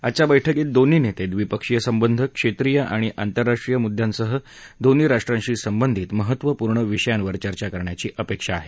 आजच्या बैठकीत दोन्ही नेते द्विपक्षीय संबंध क्षेत्रीय आणि आंतरराष्ट्रीय मुद्यांसह दोन्ही राष्ट्रांशी संबंधित महत्त्वपूर्व विषयांवर चर्चा करण्याची अपेक्षा आहे